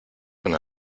una